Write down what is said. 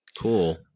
Cool